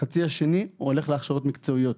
החצי השני הולך להכשרות מקצועיות.